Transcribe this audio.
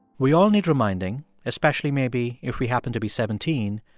we all need reminding, especially maybe if we happen to be seventeen,